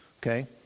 Okay